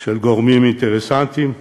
של גורמים אינטרסנטיים,